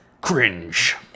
cringe